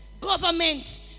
Government